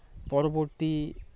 ᱯᱚᱨᱚ ᱵᱚᱨᱛᱤ